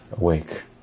awake